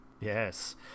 Yes